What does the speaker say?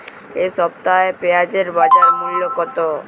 এ সপ্তাহে পেঁয়াজের বাজার মূল্য কত?